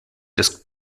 des